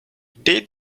did